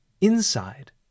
Inside